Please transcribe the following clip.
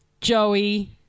Joey